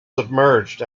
submerged